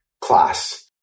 class